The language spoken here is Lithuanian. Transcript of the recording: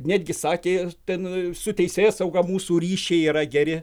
netgi sakė ten su teisėsauga mūsų ryšiai yra geri